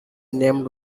named